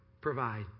provide